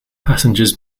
passengers